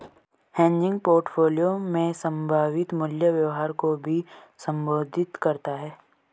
hedging portfolio में संभावित मूल्य व्यवहार को भी संबोधित करता हैं